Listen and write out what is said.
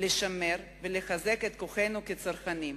לשמר ולחזק את כוחנו כצרכנים.